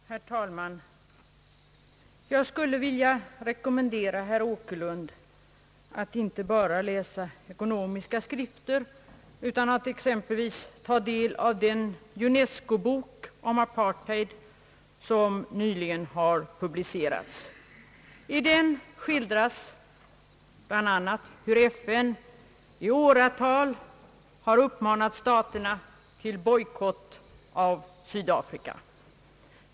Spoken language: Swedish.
Herr talman! Jag skulle vilja rekommendera herr Åkerlund att inte bara läsa ekonomiska skrifter, utan att också ta del av exempelvis den UNESCO-bok om apartheid som nyligen har publicerats. I den skildras bl.a. hur FN i åratal har uppmanat staterna till bojkott av Sydafrika.